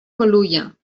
bolulla